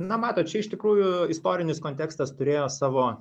na matot čia iš tikrųjų istorinis kontekstas turėjo savo